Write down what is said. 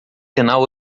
sinal